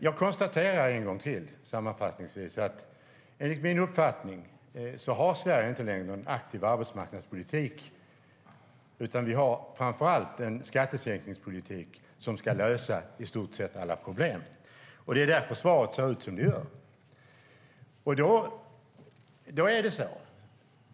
Jag konstaterar en gång till, sammanfattningsvis, att Sverige enligt min uppfattning inte längre har någon aktiv arbetsmarknadspolitik, utan vi har framför allt en skattesänkningspolitik som ska lösa i stort sett alla problem. Det är därför svaret ser ut som det gör.